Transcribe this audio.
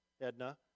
Edna